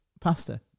Pasta